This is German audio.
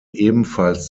ebenfalls